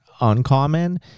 uncommon